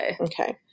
Okay